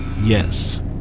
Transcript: yes